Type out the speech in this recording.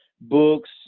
books